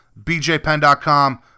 BJPen.com